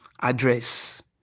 address